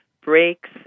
breaks